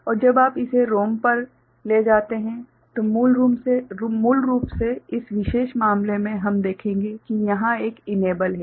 और जब आप इसे रोम पर ले जाते हैं तो मूल रूप से इस विशेष मामले में हम देखेंगे कि यहाँ एक इनेबल है